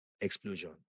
Explosion